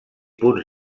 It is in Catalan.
punts